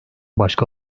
başka